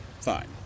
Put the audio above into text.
fine